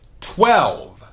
Twelve